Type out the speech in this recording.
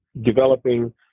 developing